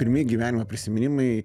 pirmi gyvenimo prisiminimai